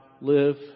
live